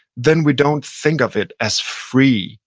then we don't think of it as free.